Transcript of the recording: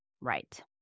right